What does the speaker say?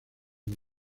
una